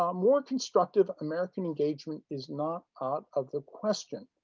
um more constructive american engagement is not out of the question.